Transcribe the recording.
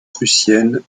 prussienne